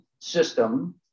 system